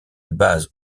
base